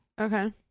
okay